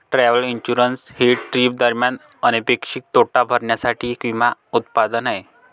travel insurance हे trip दरम्यान अनपेक्षित तोटा भरण्यासाठी एक विमा उत्पादन आहे